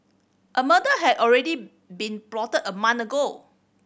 a murder had already been plotted a month ago